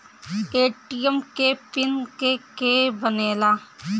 ATM के PIN के के बनेला?